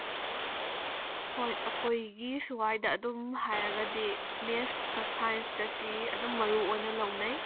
ꯍꯣꯏ ꯑꯩꯈꯣꯏꯒꯤ ꯁ꯭ꯋꯥꯏꯗ ꯑꯗꯨꯝ ꯍꯥꯏꯔꯒꯗꯤ ꯃꯦꯠꯁꯀꯥ ꯁꯥꯏꯟꯁꯀꯁꯤ ꯑꯗꯨꯝ ꯃꯔꯨ ꯑꯣꯏꯅ ꯂꯧꯅꯩ